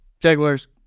Jaguars